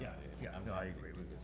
yeah i agree with you